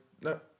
No